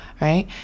right